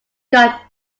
got